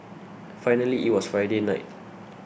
finally it was Friday night